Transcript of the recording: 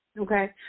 okay